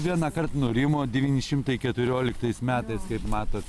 vienąkart nurimo devyni šimtai keturioliktais metais kaip matot